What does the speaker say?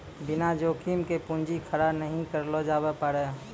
बिना जोखिम के पूंजी खड़ा नहि करलो जावै पारै